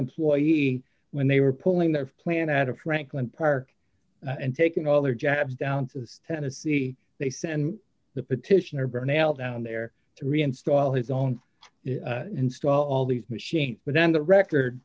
employees when they were pulling their plan out of franklin park and taking all their jobs down to tennessee they send the petitioner burnell down there to reinstall his own install these machines but then the record